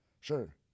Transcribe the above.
sure